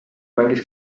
mängis